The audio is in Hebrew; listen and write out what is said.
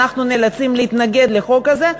אנחנו נאלצים להתנגד לחוק הזה,